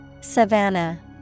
Savannah